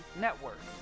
Network